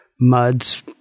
Mud's